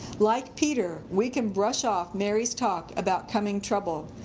like peter we can brush off mary's talk about coming trouble.